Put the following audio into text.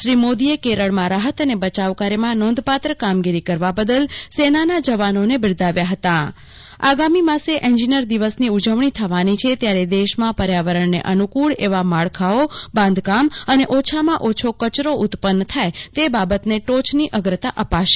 શ્રી મોદીએ કેરળમાં રાહત અને બચાવ કાર્યમાં નોંધપાત્ર કામગીરી કરવાબદલ સેનાના જવાનોને બિરદાવ્યા હતા આગામી માસે એન્જીનીયર દિવસની ઉજવણી થવાની છે ત્યારે દેશમાં પર્યાવરણને અનુકુળ એવા માળખાઓ બાંધકામ અને ઓછામાંઓછો કચરો ઉત્પન્ન થાય તે બાબતને ટોચની અગ્રતા અપાશે